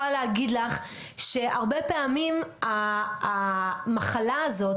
יושבת כאן ויקי שיכולה להגיד לך שהרבה פעמים המחלקה הזאת,